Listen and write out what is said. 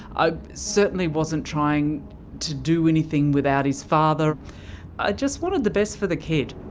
ah certainly wasn't trying to do anything without his father, i just wanted the best for the kid.